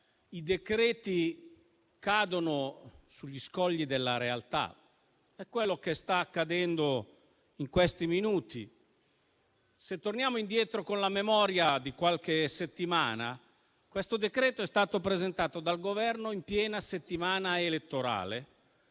i decreti cadono sugli scogli della realtà: è quello che sta accadendo in questi minuti. Se torniamo indietro di qualche settimana con la memoria, questo decreto-legge è stato presentato dal Governo in piena settimana elettorale,